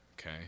okay